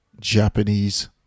Japanese